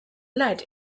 lead